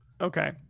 okay